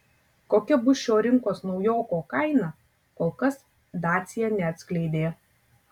kokia bus šio rinkos naujoko kaina kol kas dacia neatskleidė